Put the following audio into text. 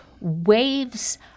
waves